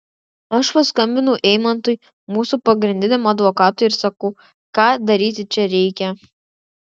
aš paskambinau eimantui mūsų pagrindiniam advokatui ir sakau ką daryti čia reikia